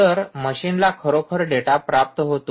तर मशीनला खरोखर डेटा प्राप्त होतो